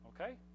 Okay